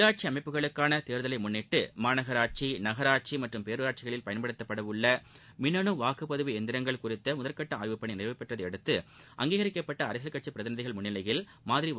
உள்ளாட்சி அமைப்புகளுக்கான தேர்தலை முன்னிட்டு மாநகராட்சி நகராட்சி மற்றம் பேரூராட்சிகளில் பயன்படுத்தப்பட உள்ள மின்னனு வாக்குப்பதிவு இயந்திரங்கள் குறித்த முதற்கட்ட ஆய்வுப் பணி நிறைவுப் பெற்றதையடுத்து அங்கீகரிக்கப்பட்ட அரசியல் கட்சி பிரதிநிதிகள் முன்னிவையில் மாதிரி வாக்குப்பதிவு இன்று நடைபெற்றது